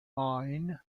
main